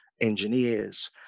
engineers